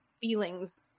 feelings